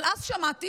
אבל אז שמעתי,